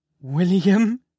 William